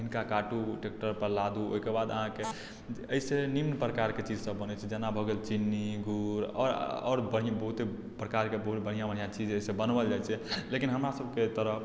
हिनका काटू ट्रैक्टरपर लादू ओइके बाद अहाँके अइसँ निम्न प्रकारके चीज सब बनय छै जेना भऽ गेल चिन्नी गुड़ आओर आओर बड़ी बहुते प्रकारके बहुत बढ़िआँ बढ़िआँ चीज अइसँ बनबौल जाइ छै लेकिन हमरा सबके तरफ